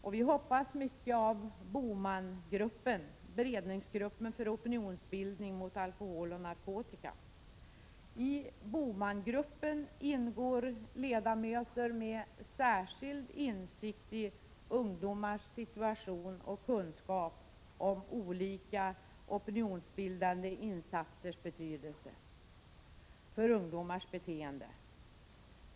Vi hoppas mycket av BOMAN-gruppen, beredningsgruppen för opinionsbildning mot alkohol och narkotika. I BOMAN-gruppen ingår ledamöter med särskild insikt i ungdomars situation och kunskap om olika opinionsbildande insatsers betydelse för ungdomars beteende.